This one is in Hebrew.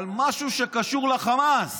על משהו שקשור לחמאס.